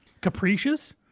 capricious